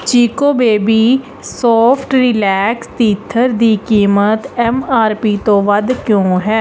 Chicco baby soft relax teether ਦੀ ਕੀਮਤ M R P ਤੋਂ ਵੱਧ ਕਿਉਂ ਹੈ